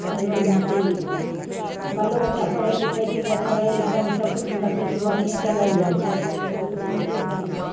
अथी बालो बच्चा पढ़ै लिखै छै तऽ पढ़ै लिखै सभ कुछमे देखै छी बढ़िए चलल जाइत छै सभ किछु नीके करैत छै